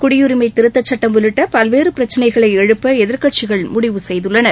குடியுரிமை திருத்த சுட்டம் உள்ளிட்ட பல்வேறு பிரச்சனைகளை எழுப்ப எதிர்க்கட்சிகள் முடிவு செய்துள்ளன